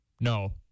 no